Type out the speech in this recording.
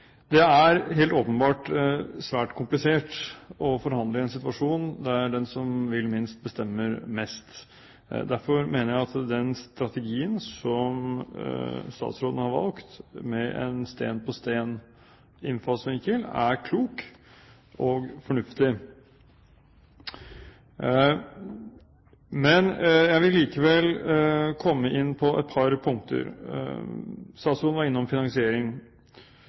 Det er helt åpenbart svært komplisert å forhandle i en situasjon der den som vil minst, bestemmer mest. Derfor mener jeg at den strategien som statsråden har valgt, med en sten-på-sten-innfallsvinkel, er klok og fornuftig. Jeg vil likevel komme inn på et par punkter. Statsråden var innom finansiering.